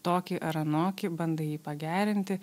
tokį ar anokį bandai jį pagerinti